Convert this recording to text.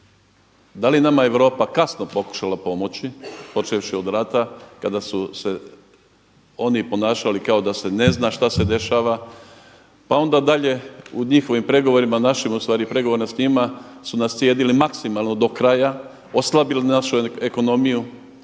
da li je nama Europa kasno pokušala pomoći, počevši od rata kada su se oni ponašali da se ne zna šta se dešava, pa onda dalje u njihovim pregovorima, našim ustvari pregovorima s njima su na cijedili maksimalno do kraja, oslabili našu ekonomiju.